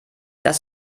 das